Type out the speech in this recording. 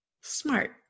smart